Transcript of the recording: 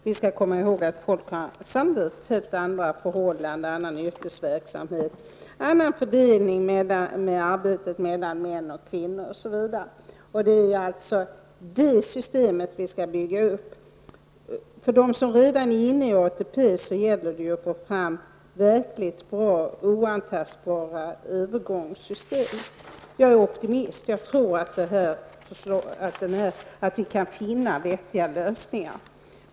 Vi skall komma ihåg att förhållandena sannolikt kommer att vara helt andra då och att människor kommer att ha annan yrkesverksamhet, annan arbetsfördelning mellan män och kvinnor osv. Det är det systemet vi skall bygga upp. För dem som redan är inne i ATP-systemet gäller det att få fram verkligt bra och oantastbara övergångssystem. Jag är optimist och tror att vi kan finna vettiga lösningar.